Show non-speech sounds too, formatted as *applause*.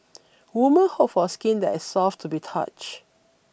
*noise* woman hope for skin that is soft to the touch